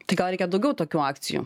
tai gal reikia daugiau tokių akcijų